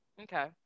okay